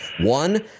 one